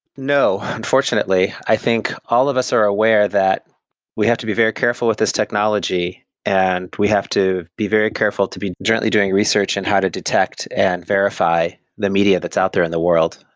no unfortunately. i think, all of us are aware that we have to be very careful with this technology and we have to be very careful to be gently doing research and how to detect and verify the media that's out there in the world.